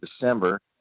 December